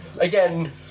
Again